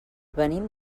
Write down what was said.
venim